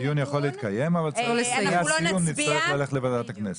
זאת אומרת הדיון יכול להתקיים אבל לגבי הסיום נצטרך ללכת לוועדת הכנסת.